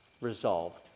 resolved